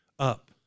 up